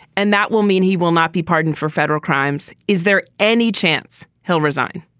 and that will mean he will not be pardoned for federal crimes. is there any chance he'll resign?